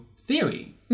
theory